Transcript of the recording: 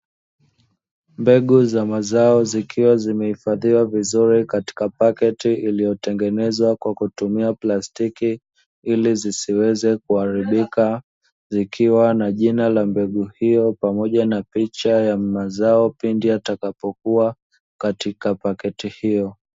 Mbegu za mazao zikiwa zimefidhiwa vizuri katika paketi iliyotengenezwa kwa kutumia plastiki, ili zisiweze kuharibika. Zikiwa na jina la mbegu hiyo pamoja na picha ya mazao pindi yatakapokuwa katika paketi hiyo.